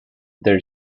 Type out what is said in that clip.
there